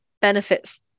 benefits